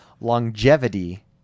longevity